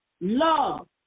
Love